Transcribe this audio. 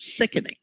sickening